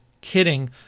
kidding